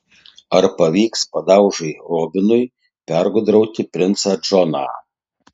ar pavyks padaužai robinui pergudrauti princą džoną